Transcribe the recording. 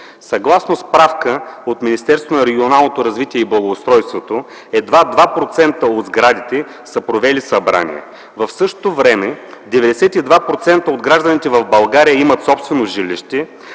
регионалното развитие и благоустройството, едва 2% от сградите са провели събрания. В същото време 92% от гражданите в България имат собствено жилище,